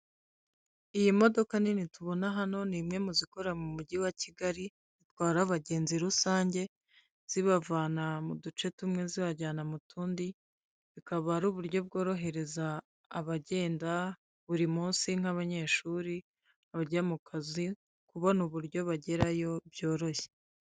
Iyi modoka nini tubona hano ni imwe mu zikora mu Mujyi wa Kigali, zitwara abagenzi rusange zibavana mu duce tumwe zibajyana mu tundi, bukaba ari uburyo bworohereza abagenda buri munsi nk'abanyeshuri, abajya mu kazi kubona uburyo bagerayo byoroshye.